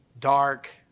dark